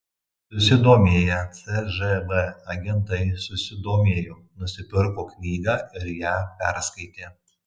susidomėję cžv agentai susidomėjo nusipirko knygą ir ją perskaitė